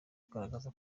kugaragaza